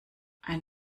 ein